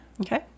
Okay